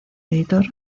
editor